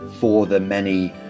for-the-many